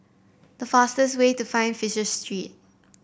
the fastest way to Fisher Street